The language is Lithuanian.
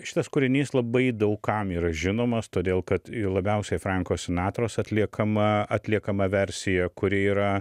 šitas kūrinys labai daug kam yra žinomas todėl kad labiausiai franko sinatros atliekama atliekama versija kuri yra